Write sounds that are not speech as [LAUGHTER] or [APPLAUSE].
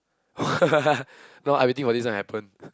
[LAUGHS] !wah! no I waiting for this one to happen